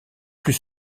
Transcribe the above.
plus